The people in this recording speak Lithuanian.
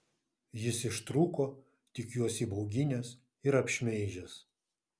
jis ištrūko tik juos įbauginęs ir apšmeižęs